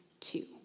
two